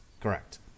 correct